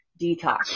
detox